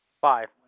five